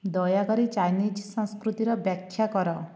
ଦୟାକରି ଚାଇନିଜ୍ ସଂସ୍କୃତିର ବ୍ୟାଖ୍ୟା କର